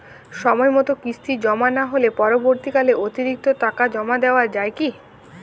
সময় মতো কিস্তি জমা না হলে পরবর্তীকালে অতিরিক্ত টাকা জমা দেওয়া য়ায় কি?